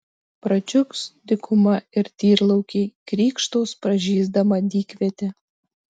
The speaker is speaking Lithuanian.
pradžiugs dykuma ir tyrlaukiai krykštaus pražysdama dykvietė